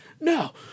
no